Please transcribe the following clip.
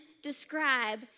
describe